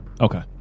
Okay